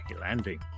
Landing